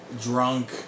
drunk